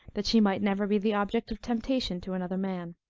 that she might never be the object of temptation to another man.